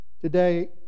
Today